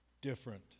different